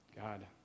God